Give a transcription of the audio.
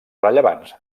rellevants